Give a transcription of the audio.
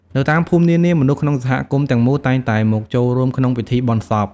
នៅតាមភូមិនានា មនុស្សក្នុងសហគមន៍ទាំងមូលតែងតែមកចូលរួមក្នុងពិធីបុណ្យសព។